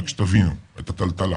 רק שתבינו את הטלטלה.